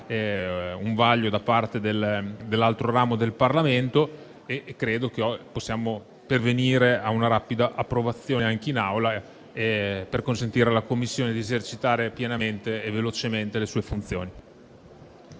un vaglio da parte dell'altro ramo del Parlamento. Ritengo che possiamo pervenire a una rapida approvazione anche in Assemblea, per consentire alla Commissione di esercitare pienamente e velocemente le sue funzioni.